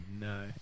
No